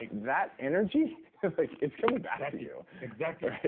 like that energy like is coming back to you exactly.